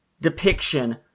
depiction